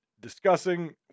Discussing